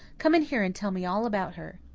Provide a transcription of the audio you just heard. come in here and tell me all about her.